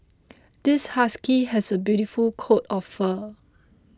this husky has a beautiful coat of fur